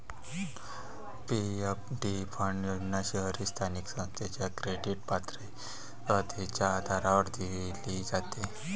PFD fund योजना शहरी स्थानिक संस्थेच्या क्रेडिट पात्रतेच्या आधारावर दिली जाते